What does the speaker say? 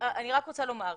אני רק רוצה לומר,